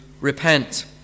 repent